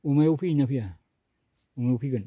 अमायाव फैयो ना फैया अमायाबो फैगोन